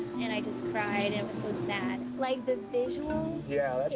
and i just cried, and it was so sad. like, the visual yeah,